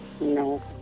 No